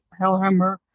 Hellhammer